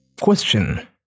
question